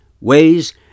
ways